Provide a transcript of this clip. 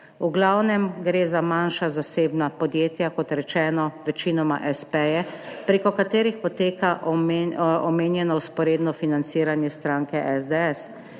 V glavnem gre za manjša zasebna podjetja, kot rečeno, večinoma espeje, prek katerih poteka omenjeno vzporedno financiranje stranke SDS.